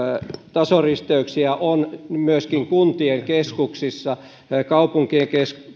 tasoristeyksiä on myöskin kuntien keskuksissa kaupunkien